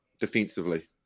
defensively